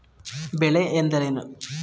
ಬೆಳೆ ಎಂದರೇನು?